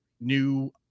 new